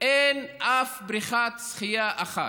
אין אף בריכת שחייה אחת.